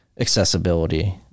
accessibility